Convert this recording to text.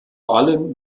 allem